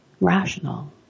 Rational